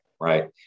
Right